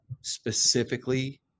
specifically